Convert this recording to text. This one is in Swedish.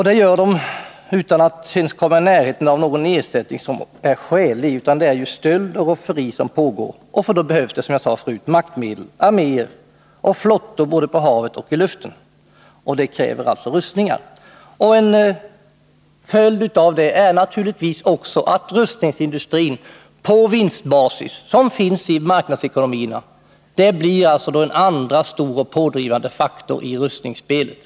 Det gör man utan att ens komma i närheten av en skälig ersättning. Det är stöld och rofferi som pågår. För det behövs, som jag sade förut, maktmedel: arméer och flottor både på havet och i luften. Det krävs alltså rustningar. En följd av det är naturligtvis också att rustningsindustrin på vinstbasis, som finns i marknadsekonomierna, blir en andra pådrivande faktor i rustningsspelet.